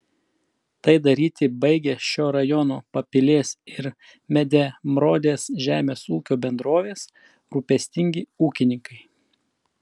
tai daryti baigia šio rajono papilės ir medemrodės žemės ūkio bendrovės rūpestingi ūkininkai